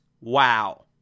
wow